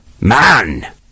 Man